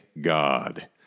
God